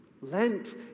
Lent